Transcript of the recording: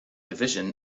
division